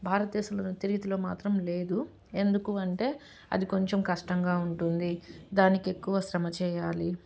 భారతదేశంలో నృత్య రీతిలో మాత్రం లేదు ఎందుకు అంటే అది కొంచెం కష్టంగా ఉంటుంది దానికి ఎక్కువ శ్రమ చేయాలి